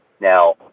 Now